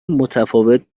متفاوت